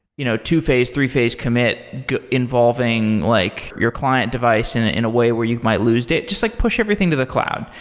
you know two phase, three phase commit involving like your client device in ah in a way where you might lose just like push everything to the cloud.